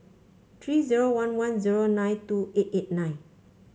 three zero one one zero nine two eight eight nine